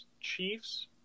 Chiefs